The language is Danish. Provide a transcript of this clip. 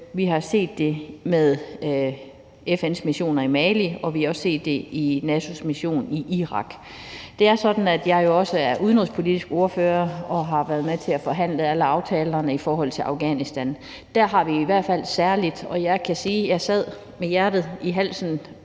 Vi har set det med FN's mission i Mali, og vi har også set det i NATO's mission i Irak. Nu er jeg også udenrigspolitisk ordfører og har været med til at forhandle alle aftalerne i forhold til Afghanistan, og der kan jeg sige, at jeg sad med hjertet i halsen